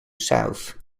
south